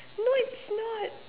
no it's not